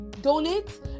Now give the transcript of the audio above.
donate